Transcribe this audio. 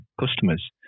customers